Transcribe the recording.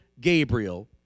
Gabriel